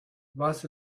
was